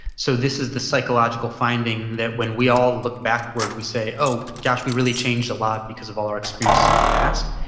so this is the psychological finding that when we all look backward we say, oh gosh, we really changed a lot because of all our experiences in the past.